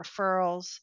referrals